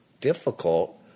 difficult